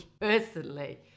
personally